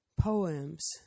Poems